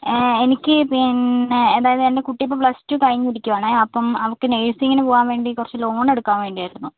എനിക്ക് പിന്നെ അതായത് എൻ്റെ കുട്ടി ഇപ്പോൾ പ്ലസ്ടു കഴിഞ്ഞിരിക്കുവാണേ അപ്പം അവൾക്ക് നഴ്സിംഗിന് പോകാൻ വേണ്ടി കുറച്ച് ലോൺ എടുക്കാൻ വേണ്ടിയായിരുന്നു